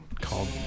called